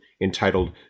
entitled